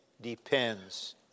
depends